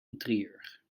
interieur